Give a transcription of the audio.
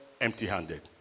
empty-handed